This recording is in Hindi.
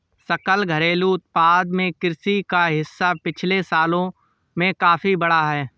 सकल घरेलू उत्पाद में कृषि का हिस्सा पिछले सालों में काफी बढ़ा है